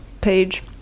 page